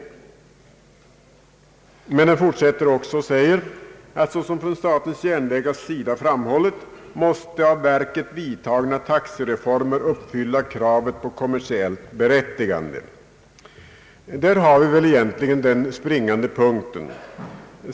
I fortsättningen skriver utskottet: »Såsom från SJ:s sida framhållits måste också av verket vidtagna taxereformer uppfylla kravet på kommersiellt berättigande.» Där har vi väl egentligen den springande punkten.